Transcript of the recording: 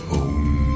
own